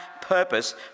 purpose